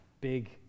big